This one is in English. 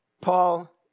Paul